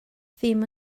ddim